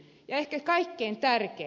ehkä kaikkein tärkein